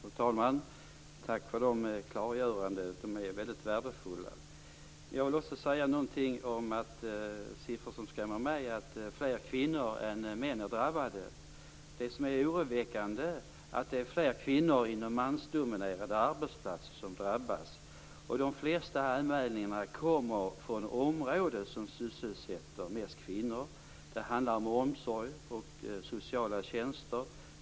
Fru talman! Tack för de klargörandena. De är väldigt värdefulla. Jag vill också nämna några siffror som skall vara med. Det är fler kvinnor än män som är drabbade. Det som är oroväckande är att det är fler kvinnor på mansdominerande arbetsplatser som drabbas. De flesta anmälningarna kommer från områden som sysselsätter mest kvinnor. Det handlar om omsorg och sociala tjänster.